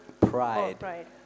Pride